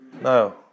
No